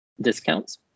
discounts